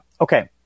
Okay